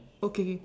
okay